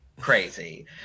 crazy